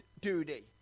duty